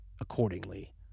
accordingly